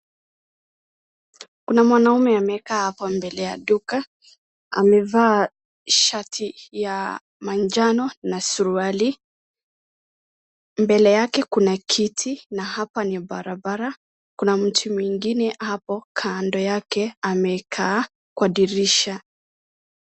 Kuna mwanaume amekaa hapo mbele ya duka. Amevaa shati ya manjano na suruali. Mbele yake kuna kiti na hapa ni barabara. Kuna mtu mwingine hapo kando yake amekaa kwa dirisha.